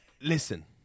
Listen